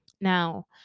now